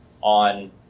on